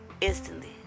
instantly